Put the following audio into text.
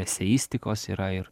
eseistikos yra ir